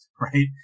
right